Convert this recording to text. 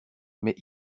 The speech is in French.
mais